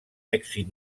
èxit